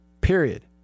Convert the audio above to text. period